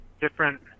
different